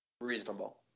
Reasonable